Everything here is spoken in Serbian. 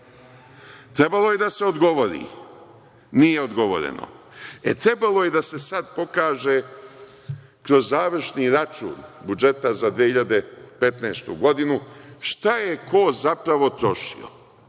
Trebalo je da se odgovori – nije odgovoreno. E, trebalo je da se sad pokaže kroz završni račun budžeta za 2015. godinu šta je ko zapravo trošio